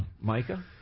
Micah